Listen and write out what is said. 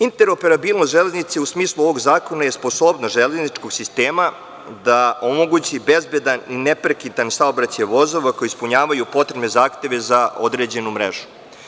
Interoperabilnost železnice u smislu ovog zakona je sposobnost železničkog sistema da omogući bezbedan i neprekidan saobraćaj vozova koji ispunjava potrebne zahteve za određenu mrežu.